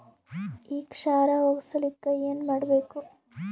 ಈ ಕ್ಷಾರ ಹೋಗಸಲಿಕ್ಕ ಏನ ಮಾಡಬೇಕು?